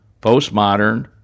Postmodern